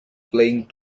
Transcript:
playing